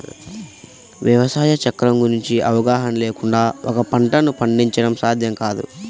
వ్యవసాయ చక్రం గురించిన అవగాహన లేకుండా ఒక పంటను పండించడం సాధ్యం కాదు